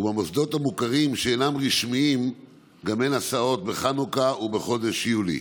ובמוסדות המוכרים שאינם רשמיים גם אין הסעות בחנוכה ובחודש יולי,